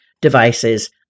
devices